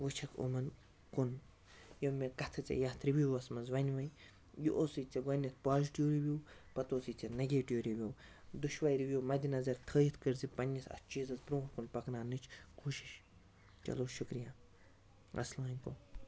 وُچھَکھ یِمن کُن یِم مےٚ کَتھٕ ژےٚ یتھ رِوِوَس مَنٛز ؤنہِ مےَ یہِ اوسُے ژےٚ گۄڈنیٚتھ پازِٹیٚوٗ رِوِو پَتہٕ اوسُے ژےٚ نیٚگیٚٹِو رِوِو دۅشوٕے رِوِو مَدِنَظر تھٲوِتھ کٔرۍزیٚو پَنٕنِس اتھ چیٖزَس برٛونٛہہ کُن پَکنانٕچ کوٗشِش چلو شُکریہ اَسلام علیکُم